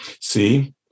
see